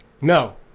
No